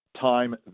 time